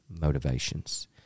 motivations